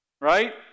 Right